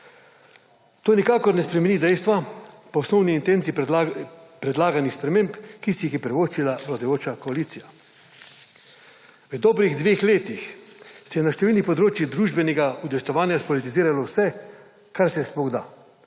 To nikakor ne spremeni dejstva po osnovni intenci predlaganih sprememb, ki si jih je privoščila vladajoča koalicija. V dobrih dveh letih se je na številnih področjih družbenega udejstvovanja spolitiziralo vse, kar se sploh da.